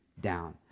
down